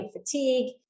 Fatigue